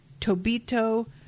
Tobito